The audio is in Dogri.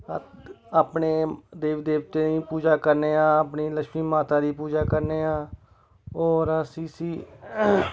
अस अपने देवी देवतें गी पूजा करनेआं हां अपनी लश्मी माता दी पूजा करनेआं होर अस इसी